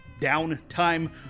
downtime